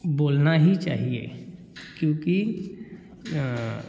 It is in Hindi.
बोलना ही चाहिए क्योंकि